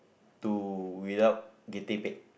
to without getting paid